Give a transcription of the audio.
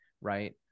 Right